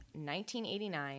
1989